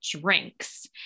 drinks